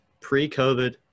pre-covid